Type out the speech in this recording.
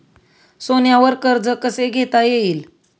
सोन्यावर कर्ज कसे घेता येईल?